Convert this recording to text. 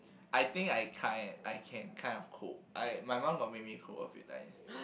I think I kind I can kind of cook I my mom got make me cook a few times